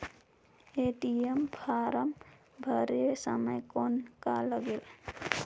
ATM form भरे समय कौन का लगेल?